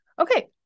Okay